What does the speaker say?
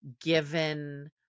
given